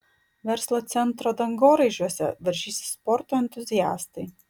verslo centro dangoraižiuose varžysis sporto entuziastai